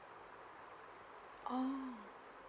orh